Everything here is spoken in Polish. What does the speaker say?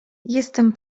jestem